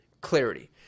clarity